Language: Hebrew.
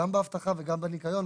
גם באבטחה וגם בניקיון,